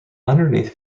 underneath